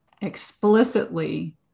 explicitly